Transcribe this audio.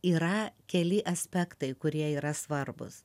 yra keli aspektai kurie yra svarbūs